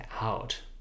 out